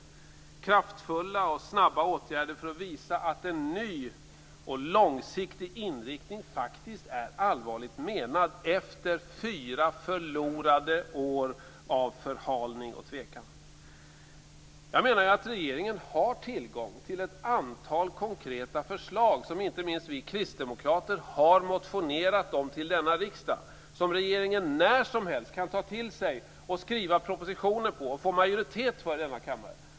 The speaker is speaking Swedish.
Det är kraftfulla och snabba åtgärder för att visa att en ny och långsiktig inriktning faktiskt är allvarligt menad efter fyra förlorade år av förhalning och tvekan. Jag menar att regeringen har tillgång till ett antal konkreta förslag som inte minst vi kristdemokrater har motionerat om till denna riksdag, vilka regeringen när som helst kan ta till sig, skriva propositioner på och få majoritet för i denna kammare.